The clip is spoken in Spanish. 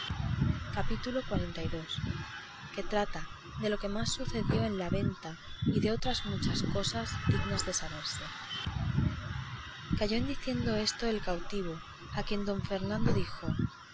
capítulo xlii que trata de lo que más sucedió en la venta y de otras muchas cosas dignas de saberse calló en diciendo esto el cautivo a quien don fernando dijo